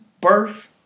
birth